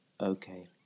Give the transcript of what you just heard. okay